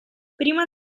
prima